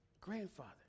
grandfather